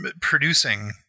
producing